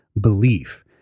belief